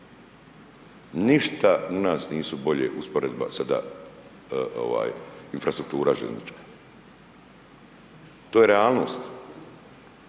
ništa u nas nisu bolje usporedba sada ovaj infrastruktura željeznička. To je realnost.